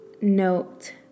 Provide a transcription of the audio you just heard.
note